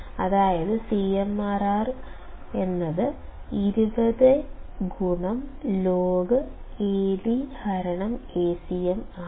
അതായത് CMRR 20logAdAcm ആണ്